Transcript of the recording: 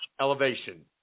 elevation